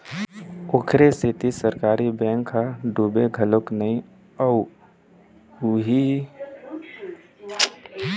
ओखरे सेती सरकारी बेंक ह डुबय घलोक नइ अउ इही जगा म पराइवेट बेंक ल डुबे के जादा डर रहिथे